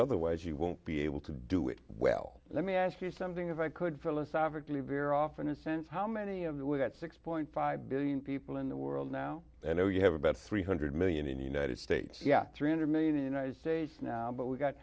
otherwise you won't be able to do it well let me ask you something if i could philosophically very often a sense how many of the way that six point five billion people in the world now and oh you have about three hundred million in the united states yeah three hundred million the united states now but we've got